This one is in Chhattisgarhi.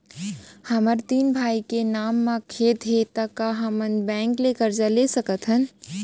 हमर तीन भाई के नाव म खेत हे त का हमन बैंक ले करजा ले सकथन?